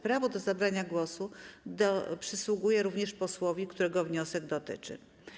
Prawo do zabrania głosu przysługuje również posłowi, którego wniosek dotyczy.